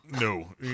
No